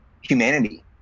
humanity